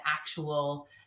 actual